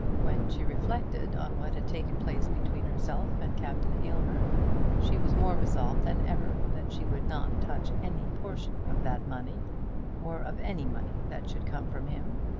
when she reflected on what had taken place between herself and captain aylmer she was more resolved than ever that she would not touch any portion of that money or of any money that should come from him.